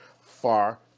far